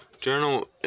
Journal